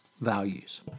values